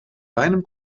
deinem